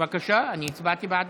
בבקשה, אני הצבעתי בעדו.